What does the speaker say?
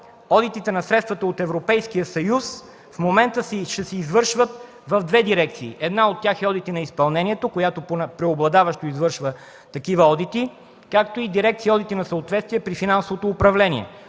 одитите на средствата от Европейския съюз в момента ще се извършват в две дирекции. Една от тях е „Одити на изпълнението”, която преобладаващо извършва такива одити, както и дирекция „Одити на съответствия при финансовото управление”,